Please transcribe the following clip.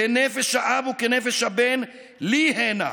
כנפש האב וכנפש הבן לי הנה"